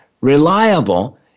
reliable